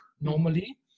normally